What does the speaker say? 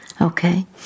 Okay